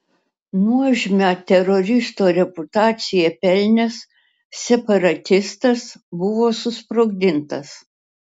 nuožmią teroristo reputaciją pelnęs separatistas buvo susprogdintas